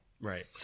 Right